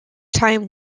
time